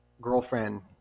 girlfriend